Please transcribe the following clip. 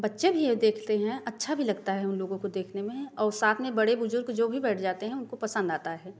बच्चे भी देखते हैं अच्छा भी लगता है उन लोगों को देखने में और साथ में बड़े बुजुर्ग जो भी बैठ जाते हैं उनको पसंद आता है